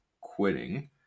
quitting